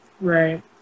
Right